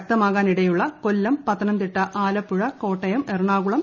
ശക്തമാകാനിടയുള്ള Kollam Pathanamthitta Alappuzha Kottayam Ernakulam